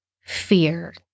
fear